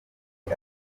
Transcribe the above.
ati